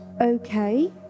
Okay